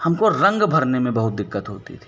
हमको रंग भरने में बहुत दिक्कत होती थी